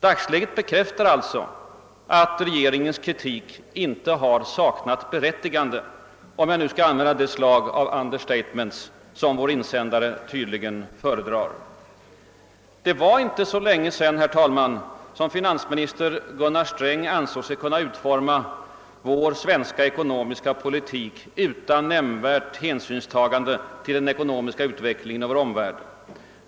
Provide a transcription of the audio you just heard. Dagsläget bekräftar alltså att oppositionens kritik icke saknat berättigande, om jag nu skall använda det slag av understatement som vår insändare tydligen föredrar. Det var inte så länge sedan finansminister Gunnar Sträng ansåg sig kunna utforma den svenska ekonomiska politiken utan tillräckligt hänsynstagande till den ekonomiska utvecklingen i vår omvärld.